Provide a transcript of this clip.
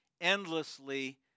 endlessly